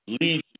leave